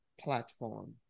platform